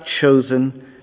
chosen